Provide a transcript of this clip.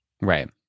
Right